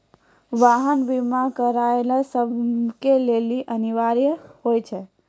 वाहन बीमा करानाय सभ के लेली अनिवार्य होय छै